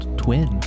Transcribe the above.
twin